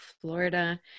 Florida